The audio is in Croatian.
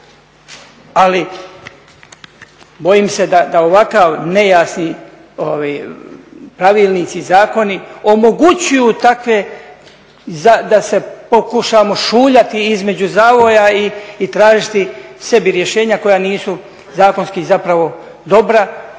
Ali bojim se da ovakav nejasni pravilnici i zakoni omogućuju takve da se pokušamo šuljati između zavoja i tražiti sebi rješenja koja nisu zakonski dobra